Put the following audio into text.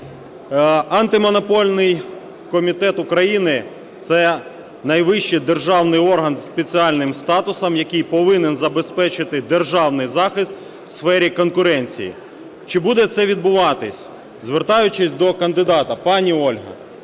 Антимонопольний комітет України – це найвищий державний орган зі спеціальним статусом, який повинен забезпечити державний захист у сфері конкуренції. Чи буде це відбуватись? Звертаючись до кандидата, пані Ольго…